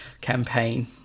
campaign